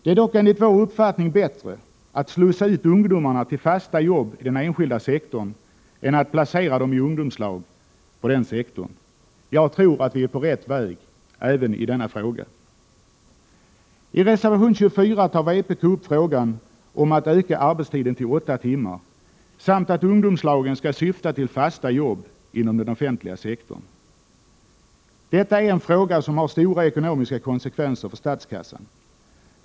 Det är dock enligt vår uppfattning bättre att slussa ut ungdomarna till fasta jobbi den enskilda sektorn än att placera dem i ungdomslag på den sektorn. Jag tror att vi är på rätt väg även i denna fråga. I reservation 24 tar vpk upp frågan om en ökning av arbetstiden till åtta timmar samt kravet att ungdomslagen skall syfta till fasta jobb inom den offentliga sektorn. Detta är en fråga som har stora ekonomiska konsekvenser för statskassan.